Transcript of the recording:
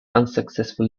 unsuccessful